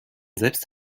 selbst